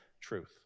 truth